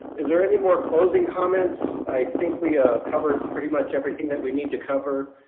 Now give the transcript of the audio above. is there anymore closing comments, i think we covered pretty much everything that we need to cover?